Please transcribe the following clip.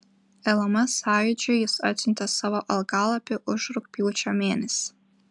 lms sąjūdžiui jis atsiuntė savo algalapį už rugpjūčio mėnesį